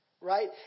Right